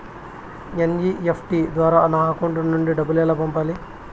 NEFT ద్వారా నా account నుండి డబ్బులు ఎలా పంపాలి